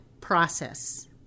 Process